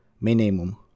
minimum